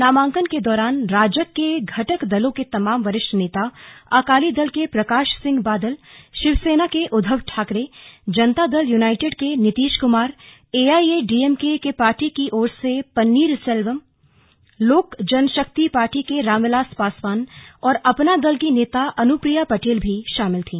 नामांकन के दौरान राजग के घटक दलों के तमाम वरिष्ठ नेता अकाली दल के प्रकाश सिंह बादल शिवसेना के उद्दव ठाकरे जनता दल यूनाइटेड के Nitish Kumar A I A D M K party की ओर से पन्नीर सेल्वम लोक जनशक्ति पार्टी के रामविलास पासवान और अपना दल की नेता अनुप्रिया पटेल भी शामिल थी